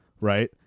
right